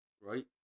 Right